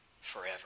forever